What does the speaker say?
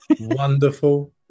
Wonderful